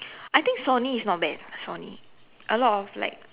I think Sony is not bad Sony a lot of like